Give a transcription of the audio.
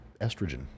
estrogen